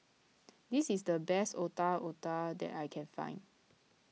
this is the best Otak Otak that I can find